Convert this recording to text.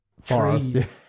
forest